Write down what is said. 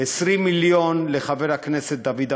20 מיליון לחבר הכנסת דוד אמסלם,